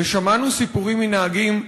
ושמענו סיפורים מנהגים,